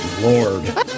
lord